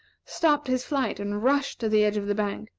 stopped his flight and rushed to the edge of the bank.